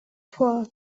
poor